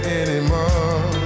anymore